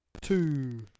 Two